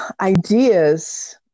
ideas